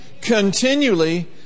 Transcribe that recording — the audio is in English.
Continually